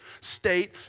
state